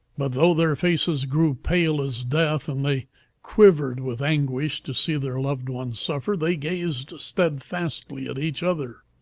but though their faces grew pale as death, and they quivered with anguish to see their loved one suffer, they gazed steadfastly at each other.